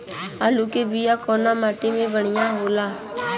आलू के बिया कवना माटी मे बढ़ियां होला?